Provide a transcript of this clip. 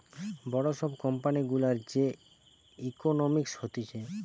বড় সব কোম্পানি গুলার যে ইকোনোমিক্স হতিছে